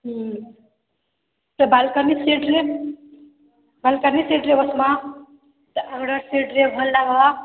ହୁଁ ସେ ବାଲ୍କୋନୀ ସିଟ୍ରେ ବାଲ୍କୋନୀ ସିଟ୍ରେ ବସ୍ବା ଆଉ ଆଗ ସିଟ୍ରେ ଭଲ୍ ଲାଗ୍ବା